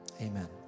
Amen